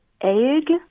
egg